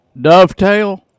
Dovetail